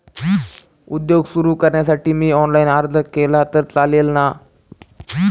उद्योग सुरु करण्यासाठी मी ऑनलाईन अर्ज केला तर चालेल ना?